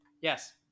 Yes